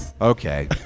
Okay